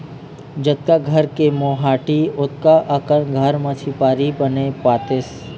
जतका घर के मोहाटी ओतका अकन घर म झिपारी बने पातेस